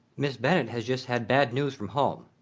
miss bennet has just had bad news from home.